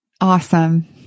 Awesome